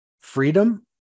freedom